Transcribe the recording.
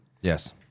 Yes